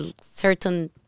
certain